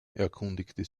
erkundigte